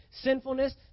sinfulness